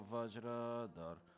Vajradar